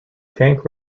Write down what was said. tank